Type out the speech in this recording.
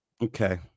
Okay